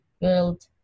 build